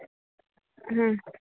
হুম